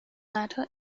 latter